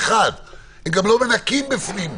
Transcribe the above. גם לא מנקים בפנים.